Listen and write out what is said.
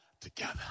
together